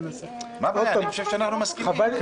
אני חושב שאנחנו מסכימים.